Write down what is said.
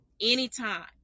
Anytime